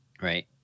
right